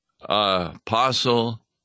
apostle